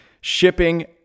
shipping